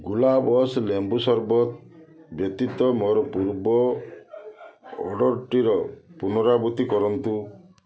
ଗୁଲାବସ୍ ଲେମ୍ବୁ ସରବତ ବ୍ୟତୀତ ମୋର ପୂର୍ବ ଅର୍ଡ଼ର୍ଟିର ପୁନରାବୃତ୍ତି କରନ୍ତୁ